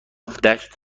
دشت